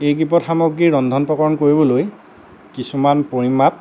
এইকেইপদ সামগ্ৰী ৰন্ধন প্ৰকৰণ কৰিবলৈ কিছুমান পৰিমাপ